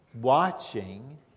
watching